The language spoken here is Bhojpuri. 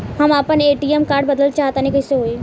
हम आपन ए.टी.एम कार्ड बदलल चाह तनि कइसे होई?